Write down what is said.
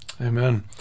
Amen